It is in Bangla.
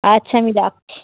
আচ্ছা আমি রাখছি